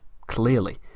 clearly